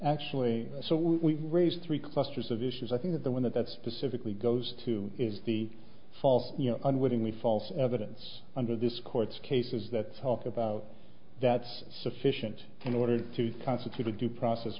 actually so we raised three clusters of issues i think that the one that specifically goes to is the false you know unwittingly false evidence under this court's cases that talked about that's sufficient in order to constitute a due process